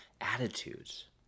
attitudes